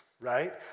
right